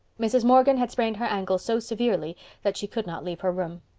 mrs. morgan had sprained her ankle so severely that she could not leave her room.